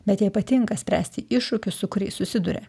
bet jai patinka spręsti iššūkius su kuriais susiduria